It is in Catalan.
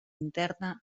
interna